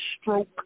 stroke